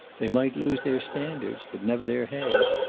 they might lose their standards, but never their heads.